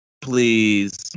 Please